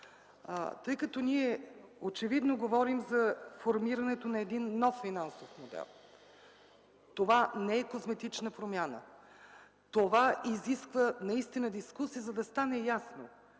тъй като ние очевидно говорим за формирането на един нов финансов модел. Това не е козметична промяна. Това изисква наистина дискусия, за да стане ясно